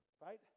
right